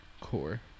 Core